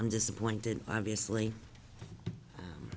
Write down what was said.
i'm disappointed obviously